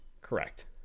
correct